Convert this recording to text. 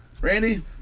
Randy